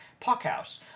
Puckhouse